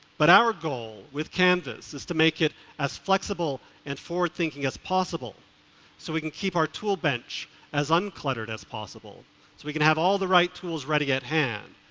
but our goal with canvass is to make it as flexible and forward thinking as possible so we can keep our tool bench as uncluttered as possible so we can have all the right tools ready at hand.